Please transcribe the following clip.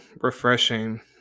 refreshing